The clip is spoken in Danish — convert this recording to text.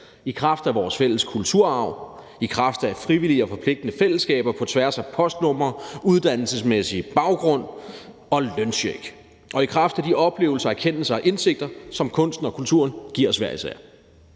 i kraft af vores fælles kulturarv, i kraft af frivillige og forpligtende fællesskaber på tværs af postnumre, uddannelsesmæssig baggrund og løncheck og i kraft af de oplevelser, erkendelser og indsigter, som kunsten og kulturen giver os hver især.